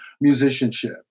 musicianship